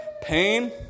pain